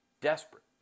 Desperate